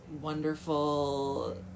wonderful